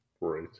Right